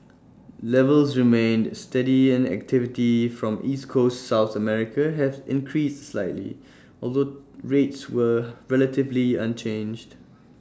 levels remained steady and activity from East Coast south America has increased slightly although rates were relatively unchanged